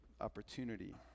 opportunity